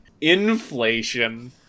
Inflation